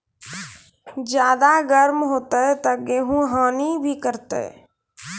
ज्यादा गर्म होते ता गेहूँ हनी भी करता है?